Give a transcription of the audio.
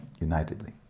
Unitedly